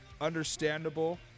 understandable